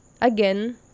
again